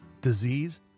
disease